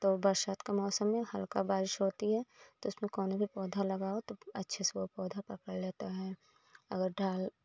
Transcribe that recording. तो बरसात का मौसम में हल्का बारिश होती है तो उसमें कौनो भी पौधा लगाओ तो अच्छे से वो पौधा पकड़ लेता है अगर डाय